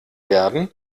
werden